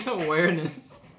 Awareness